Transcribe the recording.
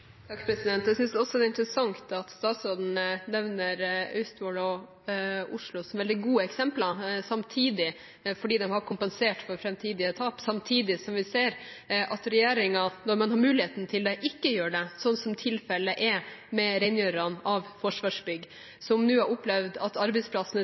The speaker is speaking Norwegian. Jeg synes også det er interessant at statsråden nevner Austevoll og Oslo som veldig gode eksempler fordi de har kompensert for framtidige tap, samtidig som vi ser at regjeringen, når man har muligheten til det, ikke gjør det, sånn som tilfellet er med renholderne i Forsvarsbygg. De har nå opplevd at